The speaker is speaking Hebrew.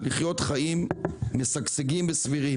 לחיות חיים משגשגים וסבירים,